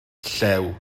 llew